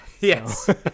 yes